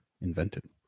invented